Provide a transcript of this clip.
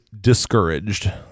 discouraged